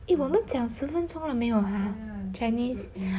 诶我们讲十分钟了没有啊 chinese